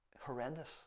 horrendous